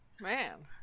Man